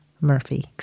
Murphy